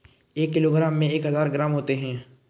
एक किलोग्राम में एक हजार ग्राम होते हैं